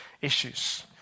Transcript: issues